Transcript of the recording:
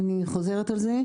אני חוזרת על זה,